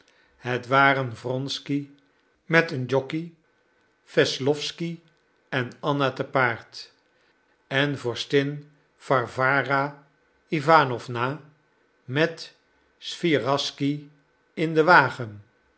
het waren wronsky met een jockey wesslowsky en anna te paard en vorstin warwara iwanowna met swijaschsky in den wagen